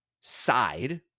side